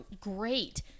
great